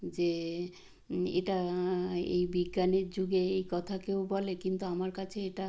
যে এটা এই বিজ্ঞানের যুগে এই কথা কেউ বলে কিন্তু আমার কাছে এটা